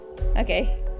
Okay